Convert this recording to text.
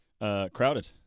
Crowded